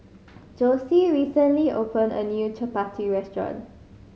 Josie recently opened a new Chappati restaurant